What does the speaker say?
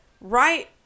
right